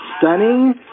stunning